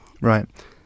Right